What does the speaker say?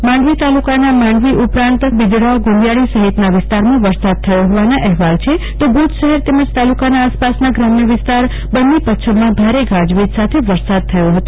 માંડવ તાલુકાના માંડવી ઉપરાંત ભાડિયાબિદડાગુંદીયાળી સહિતના વિસ્તારમાં વરસાદ થયો હોવાના અહેવાલ છે તો ભુજ શહેર તેમજ તાલુકાના આસપાસના ગ્રામ્ય વિસ્તાર બન્ની પચ્છમાં ભારે ગાજવીજ સાથે વરસાદ થયો હતો